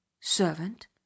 Servant